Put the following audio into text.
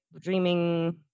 dreaming